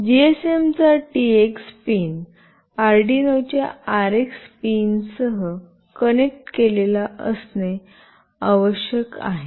जीएसएमचा TX pin अर्डिनोच्या RX पिनसह connect केलेला असणे आवश्यक आहे